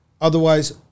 Otherwise